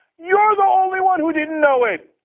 you're the only one who didn't know it.